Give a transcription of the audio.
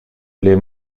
les